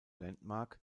landmark